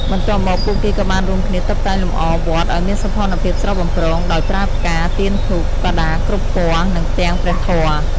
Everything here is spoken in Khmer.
បន្ទាប់មក ពួកគេក៏បានរួមគ្នាតុបតែងលម្អវត្តឱ្យមានសោភ័ណភាពស្រស់បំព្រង ដោយប្រើផ្កា ទៀនធូប បដាគ្រប់ពណ៌ និងផ្ទាំងព្រះធម៌។